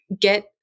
get